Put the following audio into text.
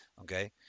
okay